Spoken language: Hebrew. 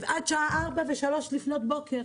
עד שעה 04:00-03:00 לפנות בוקר.